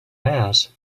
mass